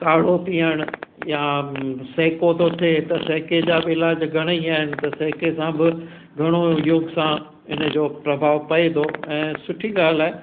काढ़ो पीअण या सहिको थो थिए त सहिके जा बि इलाजु घणेई आहिनि त सहिके सां बि घणो योग सां इन जो प्रभाव पए थो ऐं सुठी ॻाल्हि आहे